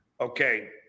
okay